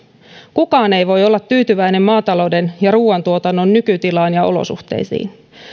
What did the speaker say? kukaan ei voi olla tyytyväinen maatalouden ja ruuantuotannon nykytilaan ja olosuhteisiin